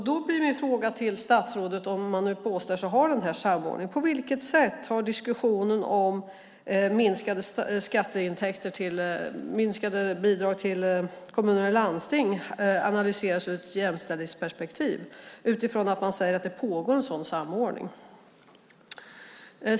Då blir min fråga till statsrådet som nu påstår att det finns en samordning: På vilket sätt har diskussionen om minskade bidrag till kommuner och landsting analyserats ur ett jämställdhetsperspektiv utifrån att man säger att det pågår en sådan samordning?